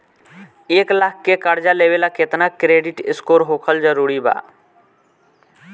एक लाख के कर्जा लेवेला केतना क्रेडिट स्कोर होखल् जरूरी बा?